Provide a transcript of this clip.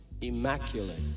immaculate